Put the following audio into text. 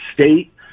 state